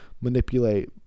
manipulate